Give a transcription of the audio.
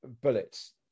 bullets